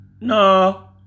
no